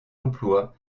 emploi